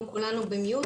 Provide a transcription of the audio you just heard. כולנו היינו פשוט על השתק,